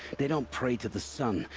they don't pray to the sun.